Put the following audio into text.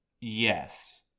Yes